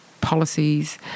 policies